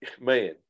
man